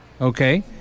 okay